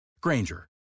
Granger